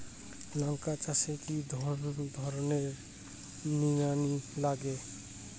লঙ্কা চাষে কি ধরনের নিড়ানি লাগে?